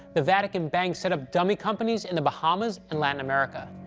the vatican bank set up dummy companies in the bahamas and latin america.